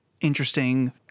interesting